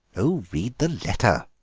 oh, read the letter,